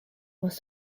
was